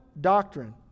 doctrine